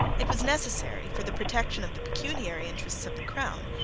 it was necessary, for the protection of the pecuniary interests of the crown,